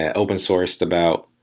ah open sourced about,